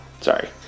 Sorry